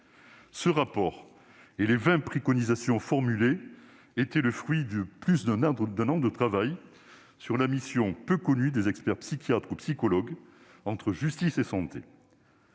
Ce rapport et les vingt préconisations qu'il formule étaient le fruit de plus d'un an de travail sur la mission peu connue des experts psychiatres ou psychologues, entre justice et santé.